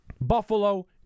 buffalo